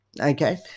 okay